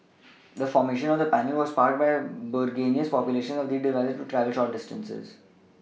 the formation of the panel was sparked by burgeoning population of these devices to travel short distances